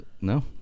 No